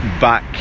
back